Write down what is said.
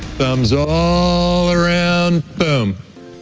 thumbs all around, boom.